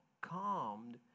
calmed